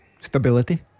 stability